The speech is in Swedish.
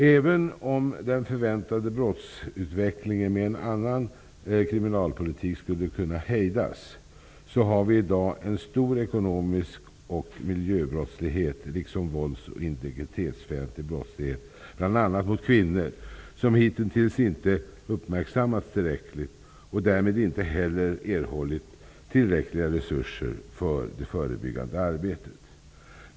Även om den förväntade brottsutvecklingen med en annan kriminalpolitik skulle kunna hejdas, så har vi i dag en stor ekonomisk och miljöbrottslighet liksom vålds och integritetsfientlig brottslighet, bl.a. mot kvinnor, som hitintills inte uppmärksammats tillräckligt och därmed inte heller erhållit tillräckliga resurser för förebyggande arbete.